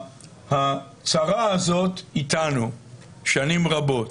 הצרה הזאת איתנו שנים רבות.